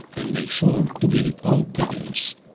and make sure to give it all privileges.